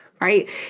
right